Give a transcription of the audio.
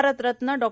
Bharat Ratna Dr